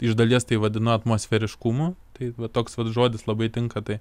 iš dalies tai vadinu atmosferiškumu tai toks vat žodis labai tinka tai